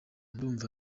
ndumva